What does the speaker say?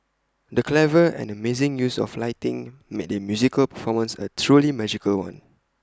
the clever and amazing use of lighting made the musical performance A truly magical one